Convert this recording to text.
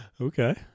okay